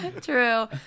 True